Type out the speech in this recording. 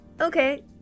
Okay